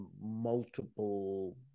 multiple